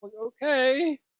okay